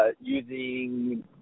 using